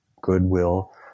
goodwill